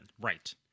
Right